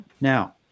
Now